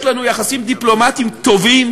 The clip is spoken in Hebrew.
יש לנו יחסים דיפלומטיים טובים